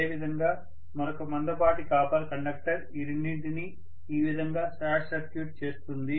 అదేవిధంగా మరొక మందపాటి కాపర్ కండక్టర్ ఈ రెండింటినీ ఈ విధంగా షార్ట్ సర్క్యూట్ చేస్తుంది